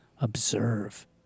observe